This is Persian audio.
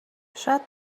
شاید